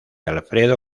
alfredo